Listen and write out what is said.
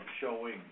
showing